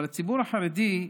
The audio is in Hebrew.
אבל הציבור החרדי,